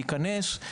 להיכנס,